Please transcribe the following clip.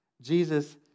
Jesus